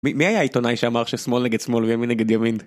מי היה העיתונאי שאמר ששמאל נגד שמאל וימין נגד ימין?